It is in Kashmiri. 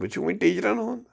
وُچھِو وۅنۍ ٹیٖچرن ہُنٛد